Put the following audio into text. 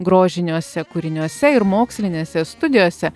grožiniuose kūriniuose ir mokslinėse studijose